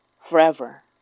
forever